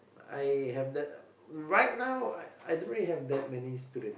I have the right now I I don't really have that many students